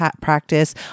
practice